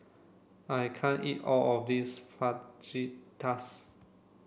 I can't eat all of this Fajitas